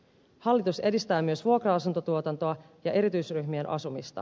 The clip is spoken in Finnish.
hallitus edistää myös vuokra asuntotuotantoa ja erityisryhmien asumista